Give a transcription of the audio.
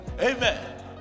Amen